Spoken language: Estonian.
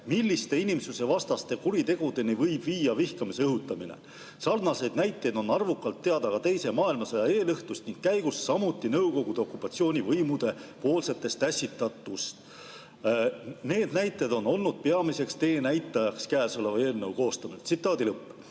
milliste inimsusevastaste kuritegudeni võib viia vihkamise õhutamine. Sarnaseid näiteid on arvukalt teada ka teise maailmasõja eelõhtust ning käigust, samuti Nõukogude okupatsioonivõimude poolsetest ässitustest. Need näited on olnud peamiseks teenäitajaks käesoleva eelnõu koostamisel."